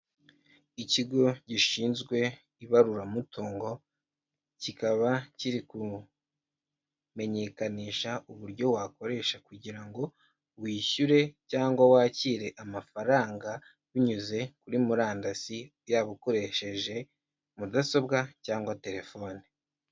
Ikigo gishinzwe ibaruramutungo, kikaba kiri kumenyekanisha uburyo wakoresha kugira ngo wishyure cyangwa wakire amafaranga, binyuze kuri murandasi yaba ukoresheje mudasobwa cyangwa telefone.